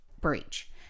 breach